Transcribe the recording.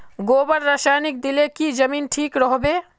गोबर रासायनिक दिले की जमीन ठिक रोहबे?